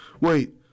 Wait